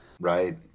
right